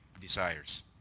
desires